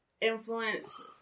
influence